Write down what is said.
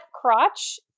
crotch